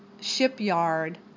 shipyard